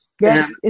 Yes